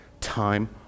time